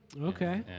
okay